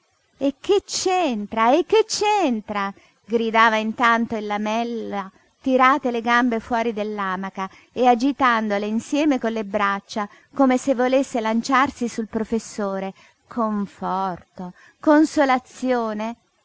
e che c'entra e che c'entra gridava intanto il lamella tirate le gambe fuori dell'amaca e agitandole insieme con le braccia come se volesse lanciarsi sul professore conforto consolazione